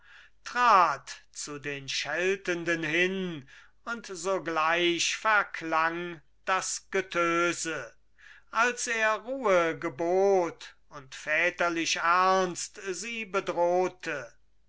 trat zu den scheltenden hin und sogleich verklang das getöse als er ruhe gebot und väterlich ernst sie bedrohte